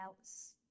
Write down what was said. else